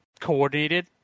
coordinated